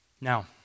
Now